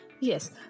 Yes